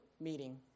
meeting